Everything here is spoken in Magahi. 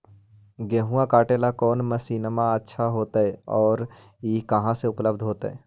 गेहुआ काटेला कौन मशीनमा अच्छा होतई और ई कहा से उपल्ब्ध होतई?